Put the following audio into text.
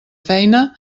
feina